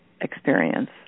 experience